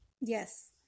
Yes